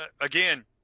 again